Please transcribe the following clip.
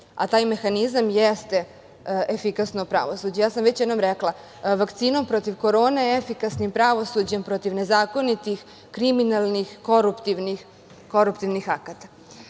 a taj mehanizam jeste efikasno pravosuđe. Već sam jednom rekla, vakcinom protiv korone, efikasnim pravosuđem protiv nezakonitih, kriminalnih, koruptivnih akata. Svim